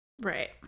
Right